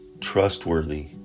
trustworthy